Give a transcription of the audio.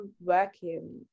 working